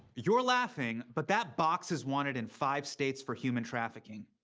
you're laughing, but that box is wanted in five states for human trafficking.